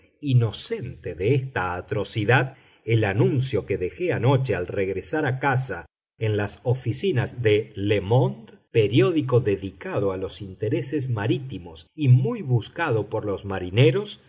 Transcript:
inocente de esta atrocidad el anuncio que dejé anoche al regresar a casa en las oficinas de le monde periódico dedicado a los intereses marítimos y muy buscado por los marineros